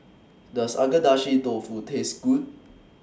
Does Agedashi Dofu Taste Good